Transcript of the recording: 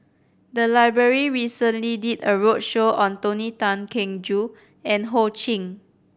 the library recently did a roadshow on Tony Tan Keng Joo and Ho Ching